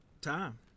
Time